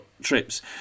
trips